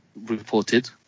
reported